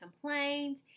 complained